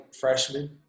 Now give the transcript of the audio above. freshman